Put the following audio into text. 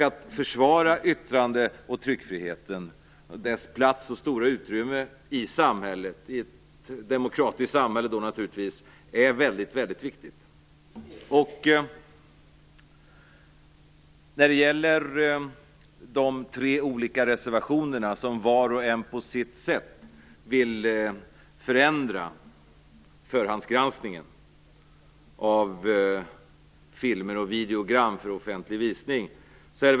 Att försvara yttrande och tryckfriheten och dess plats och stora utrymme i ett demokratiskt samhälle är väldigt viktigt. I tre olika reservationer vill reservanterna på olika sätt förändra förhandsgranskningen av filmer och videogram för offentlig visning.